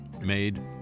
made